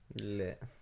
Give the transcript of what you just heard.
Lit